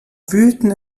wühlten